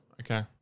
Okay